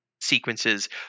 sequences